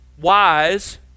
wise